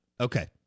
Okay